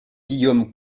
guillaume